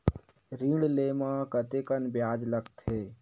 ऋण ले म कतेकन ब्याज लगथे?